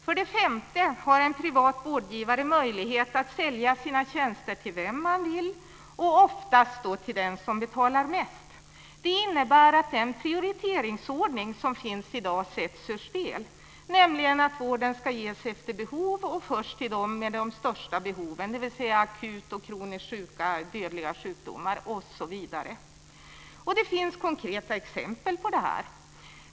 För det femte har en privat vårdgivare möjlighet att sälja sina tjänster till vem den vill, och då oftast till den som betalar mest. Det innebär att den prioriteringsordning som finns i dag sätts ur spel, nämligen att vården ska ges efter behov och först till dem som har de största behoven, dvs. de som är akut och kroniskt sjuka, de som har dödliga sjukdomar osv. Det finns konkreta exempel på det.